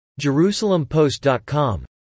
JerusalemPost.com